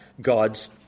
God's